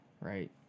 right